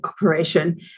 operation